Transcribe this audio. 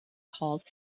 called